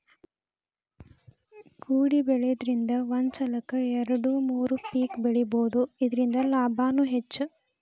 ಕೊಡಿಬೆಳಿದ್ರಂದ ಒಂದ ಸಲಕ್ಕ ಎರ್ಡು ಮೂರು ಪಿಕ್ ಬೆಳಿಬಹುದು ಇರ್ದಿಂದ ಲಾಭಾನು ಹೆಚ್ಚ